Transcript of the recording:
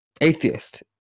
atheist